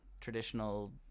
traditional